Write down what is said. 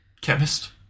chemist